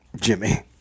Jimmy